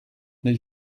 nel